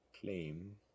claim